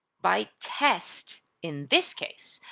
by test, in this case,